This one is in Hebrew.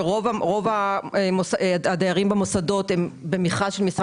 שרוב הדיירים במוסדות הם במכרז שלו,